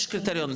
יש קריטריון.